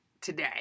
today